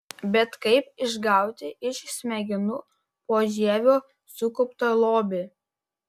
bet kaip išgauti iš smegenų požievio sukauptą lobį